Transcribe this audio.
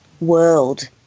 world